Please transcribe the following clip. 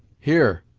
here,